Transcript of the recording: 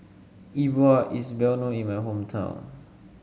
E Bua is well known in my hometown